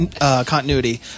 continuity